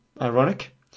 Ironic